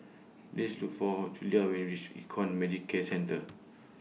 Please Look For Julia when YOU REACH Econ Medicare Centre